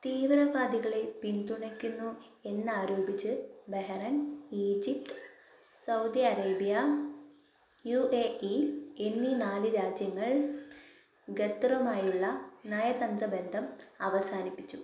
തീവ്രവാദികളെ പിന്തുണയ്ക്കുന്നു എന്നാരോപിച്ച് Bahrain Egypt Saudi Arabia UAE എന്നീ നാല് രാജ്യങ്ങൾ ഖത്തറുമായുള്ള നയതന്ത്രബന്ധം അവസാനിപ്പിച്ചു